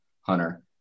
Hunter